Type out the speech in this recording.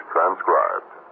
Transcribed